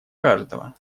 каждого